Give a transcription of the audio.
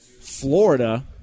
Florida